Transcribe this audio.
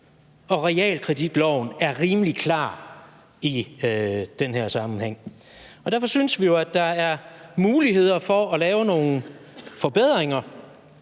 og realkreditloven er rimelig klar i den her sammenhæng. Derfor synes vi jo, at der er mulighed for at lave nogle forbedringer